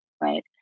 right